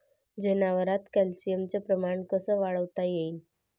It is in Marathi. जनावरात कॅल्शियमचं प्रमान कस वाढवता येईन?